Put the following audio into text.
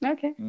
Okay